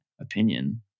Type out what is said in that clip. opinion